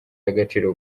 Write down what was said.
y’agaciro